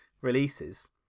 releases